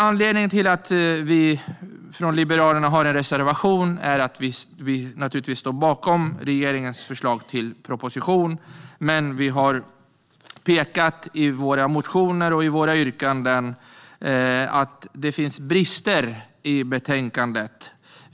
Anledningen till att vi från Liberalerna har en reservation är att vi står bakom regeringens förslag till proposition men att vi i våra motioner och våra yrkanden pekat på att det finns brister i förslaget.